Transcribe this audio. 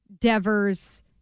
Devers